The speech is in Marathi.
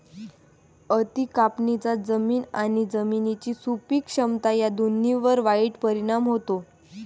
अति कापणीचा जमीन आणि जमिनीची सुपीक क्षमता या दोन्हींवर वाईट परिणाम होतो